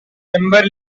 timber